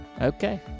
okay